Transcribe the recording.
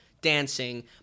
dancing